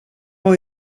har